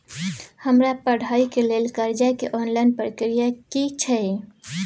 हमरा पढ़ाई के लेल कर्जा के ऑनलाइन प्रक्रिया की छै?